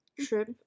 trip